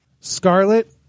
Scarlet